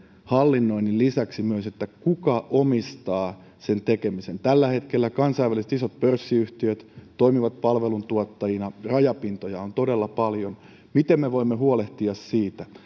hallinnoinnin lisäksi myös se kuka omistaa sen tekemisen tällä hetkellä kansainväliset isot pörssiyhtiöt toimivat palveluntuottajina rajapintoja on todella paljon miten me voimme huolehtia siitä